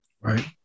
Right